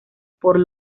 por